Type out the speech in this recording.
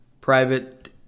Private